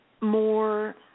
more